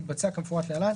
תתבצע כמפורט להלן: